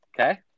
Okay